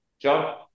John